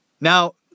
Now